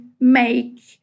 make